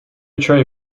tray